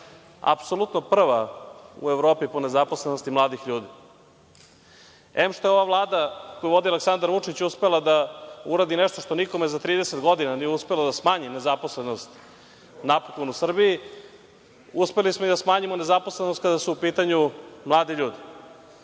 apsolutno prva u Evropi po nezaposlenosti mladih ljudi. Em, što je ova Vlada, koju vodi Aleksandar Vučić, uspela da uradi nešto što nikome za 30 godina nije uspelo, da smanji nezaposlenost napokon u Srbiji, uspeli smo i da smanjimo nezaposlenost kada su u pitanju mladi ljudi.